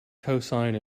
cosine